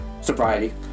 sobriety